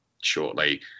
shortly